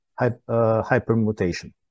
hypermutation